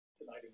Tonight